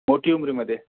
मोठी उंबरीमध्ये